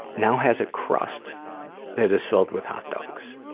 now has a crust that is filled with hot dogs.